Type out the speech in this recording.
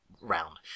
round